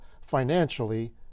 financially